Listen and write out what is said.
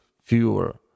fewer